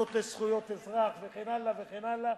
עמותות לזכויות אזרח וכן הלאה וכן הלאה.